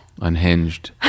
Unhinged